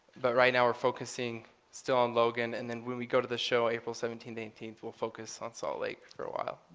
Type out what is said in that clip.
but right now we're focusing still on logan and then when we go to the show april seventeenth, eighteenth, we'll focus on salt lake for awhile.